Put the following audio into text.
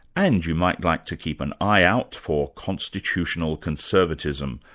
and you might like to keep an eye out for constitutional conservatism,